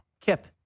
Kip